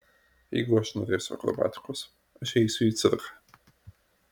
jeigu aš norėsiu akrobatikos aš eisiu į cirką